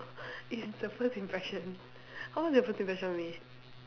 it's the first impression what was your first impression of me